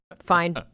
fine